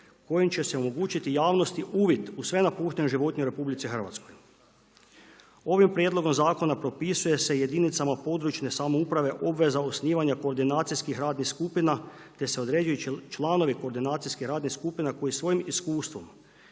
kojim će se omogućiti javnosti uvid u sve napuštene životinje u RH. Ovim prijedlogom zakona propisuje se jedinicama područne samouprave obveza osnivanja koordinacijskih rasnih skupina te se određuju članovi koordinacijskih radnih skupina koji svojim iskustvom,